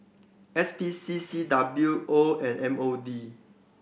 S P C C W O and M O D